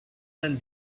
than